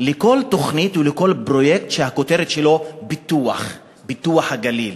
לכל תוכנית ולכל פרויקט שהכותרת שלו "פיתוח הגליל",